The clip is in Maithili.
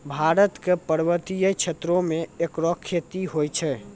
भारत क पर्वतीय क्षेत्रो म एकरो खेती होय छै